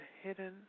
hidden